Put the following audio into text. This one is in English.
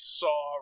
saw